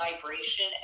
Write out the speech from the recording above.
vibration